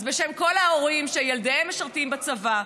אז בשם כל ההורים שילדיהם משרתים בצבא,